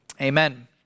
Amen